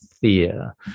fear